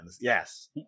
Yes